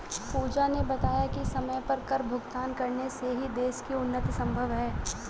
पूजा ने बताया कि समय पर कर भुगतान करने से ही देश की उन्नति संभव है